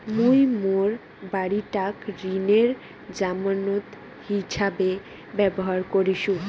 মুই মোর বাড়িটাক ঋণের জামানত হিছাবে ব্যবহার করিসু